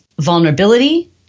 vulnerability